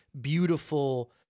beautiful